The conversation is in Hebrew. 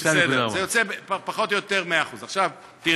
זה יוצא פחות או יותר 100%. תראה,